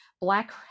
black